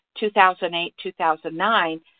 2008-2009